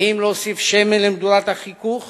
האם להוסיף שמן למדורת החיכוך